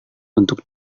untuk